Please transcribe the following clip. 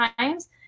times